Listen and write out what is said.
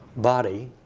body.